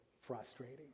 frustrating